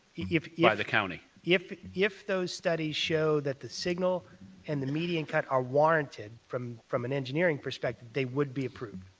if by yeah the county. if if those studies show that the signal and the median cut are warranted from from an engineering perspective, they would be approved.